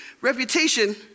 reputation